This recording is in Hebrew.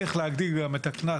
צריך גם להגדיל את הקנס,